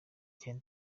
cyane